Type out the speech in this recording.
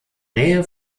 nähe